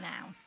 now